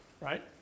right